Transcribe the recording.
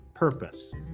Purpose